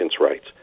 rights